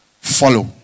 Follow